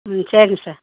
ம் சரிங்க சார்